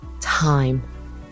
time